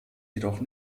jedoch